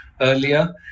earlier